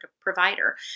provider